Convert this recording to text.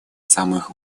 самых